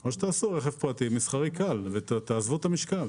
או שתעשו רכב פרטי מסחרי קל ותעזבו את המשקל.